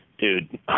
dude